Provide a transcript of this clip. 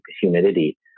humidity